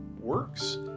works